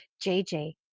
JJ